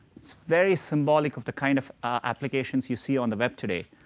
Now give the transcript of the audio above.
it's very symbolic of the kind of applications you see on the web today,